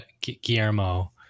Guillermo